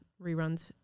reruns